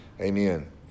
Amen